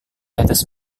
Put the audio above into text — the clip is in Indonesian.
atas